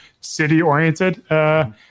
city-oriented